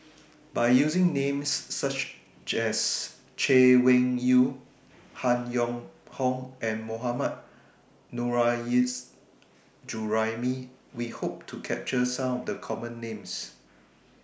By using Names such as Chay Weng Yew Han Yong Hong and Mohammad Nurrasyid Juraimi We Hope to capture Some of The Common Names